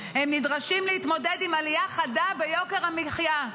הם נדרשים להתמודד עם עלייה חדה ביוקר המחיה.